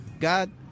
God